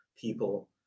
people